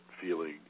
feeling